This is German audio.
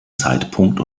zeitpunkt